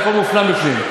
הכול מופנם בפנים.